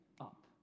up